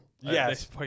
Yes